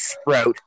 sprout